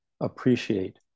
appreciate